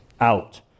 out